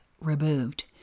removed